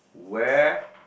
where